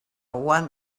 one